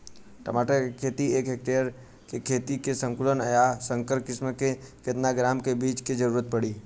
टमाटर के एक हेक्टेयर के खेती में संकुल आ संकर किश्म के केतना ग्राम के बीज के जरूरत पड़ी?